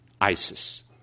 ISIS